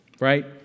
right